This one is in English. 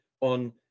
on